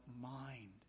mind